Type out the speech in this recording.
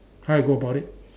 how I go about it